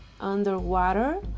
underwater